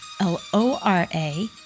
L-O-R-A